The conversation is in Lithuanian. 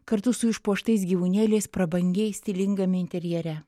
kartu su išpuoštais gyvūnėliais prabangiai stilingame interjere